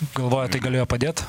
galvoji tai galėjo padėt